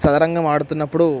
చదరంగం ఆడుతున్నప్పుడు